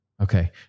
Okay